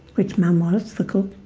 which mum was, the cook.